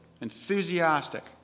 enthusiastic